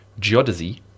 geodesy